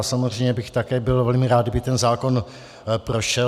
Samozřejmě bych také byl velmi rád, kdyby ten zákon prošel.